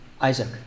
Isaac